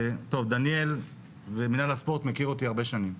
טוב, דניאל ומנהל הספורט מכיר אותי הרבה שנים.